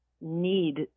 need